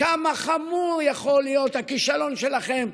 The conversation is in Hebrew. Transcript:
כמה חמור יכול להיות הכישלון שלכם,